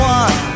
one